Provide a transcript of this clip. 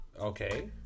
okay